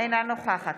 אינה נוכחת